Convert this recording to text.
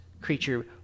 creature